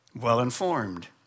well-informed